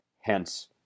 Hence